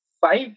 Five